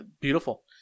beautiful